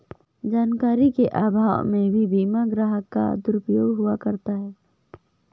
जानकारी के अभाव में भी बीमा ग्राहक का दुरुपयोग हुआ करता है